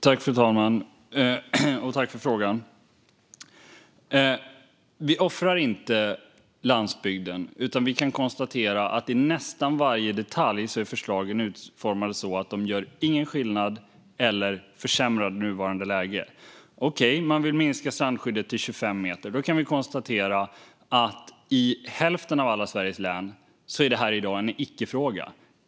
Fru talman! Tack för frågan, Kristina Yngwe! Vi offrar inte landsbygden, utan vi kan konstatera att förslagen i nästan varje detalj är utformade så att de inte gör någon skillnad eller försämrar det nuvarande läget. Okej, man vill minska strandskyddet till 25 meter. Då kan vi konstatera att i hälften av alla Sveriges län är det här i dag en icke-fråga.